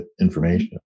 information